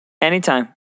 anytime